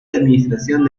administración